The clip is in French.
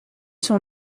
sont